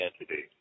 entity